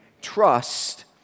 Trust